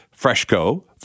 Freshco